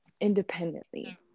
independently